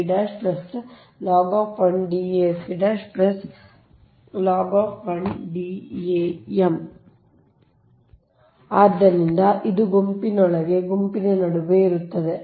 ಮುಂದಿನದು ಆದ್ದರಿಂದ ಇದು ಗುಂಪಿನೊಳಗೆ ಗುಂಪಿನ ನಡುವೆ ಇರುತ್ತದೆ